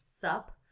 Sup